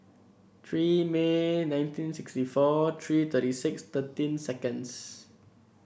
three May nineteen sixty four three thirty six thirteen secinds